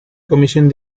comisión